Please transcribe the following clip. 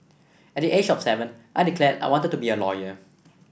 at the age of seven I declared I wanted to be a lawyer